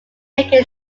making